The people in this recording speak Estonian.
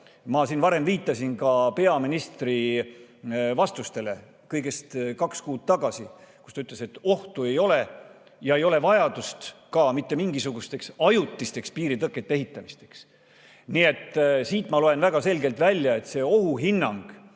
Ma varem viitasin ka peaministri vastustele kõigest kaks kuud tagasi, kui ta ütles, et ohtu ei ole ja ei ole vajadust ka mitte mingisuguseks ajutiste piiritõkete ehitamiseks. Nii et siit ma loen väga selgelt välja, et see ohuhinnang